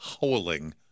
Howling